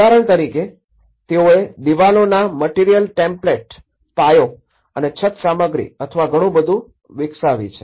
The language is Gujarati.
ઉદાહરણ તરીકે તેઓએ દિવાલોના મટિરિયલ ટેમ્પ્લેટ પાયો અને છત સામગ્રી અથવા ઘણું બધું વિકસાવી છે